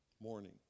morning